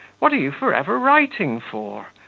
what are you for ever writing for?